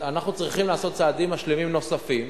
אנחנו צריכים לעשות צעדים משלימים נוספים,